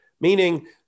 meaning